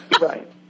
Right